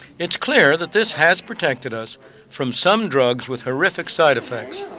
it's clear that this has protected us from some drugs with horrific side effects,